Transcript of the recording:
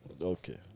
Okay